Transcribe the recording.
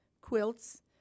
quilts